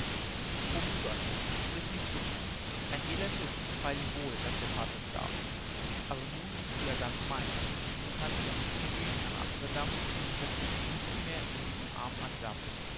o myga sprich nicht so ein elend ist's freilich wohl daß der vater starb aber nun bist du ja ganz mein nun kannst du ja mit mir gehen nach amsterdam nun fesselt dich nichts mehr in diesem armen antwerpen